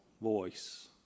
voice